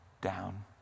down